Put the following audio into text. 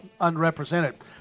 unrepresented